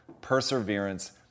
perseverance